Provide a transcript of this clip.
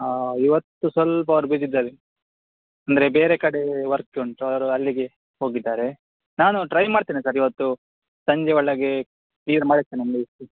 ಹಾಂ ಇವತ್ತು ಸ್ವಲ್ಪ ಅವ್ರು ಬ್ಯುಸಿ ಇದ್ದಾರೆ ಅಂದರೆ ಬೇರೆ ಕಡೆ ವರ್ಕ್ ಉಂಟು ಅವರು ಅಲ್ಲಿಗೆ ಹೋಗಿದ್ದಾರೆ ನಾನು ಟ್ರೈ ಮಾಡ್ತೇನೆ ಸರ್ ಇವತ್ತು ಸಂಜೆ ಒಳಗೆ ಕ್ಲಿಯರ್ ಮಾಡಿಸ್ತೇನೆ ಸರ್